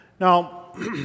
Now